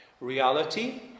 Reality